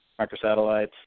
microsatellites